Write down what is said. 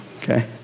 Okay